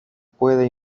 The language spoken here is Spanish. puede